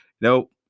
Nope